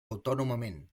autònomament